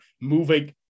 moving –